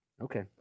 okay